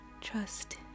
Trust